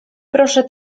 proszę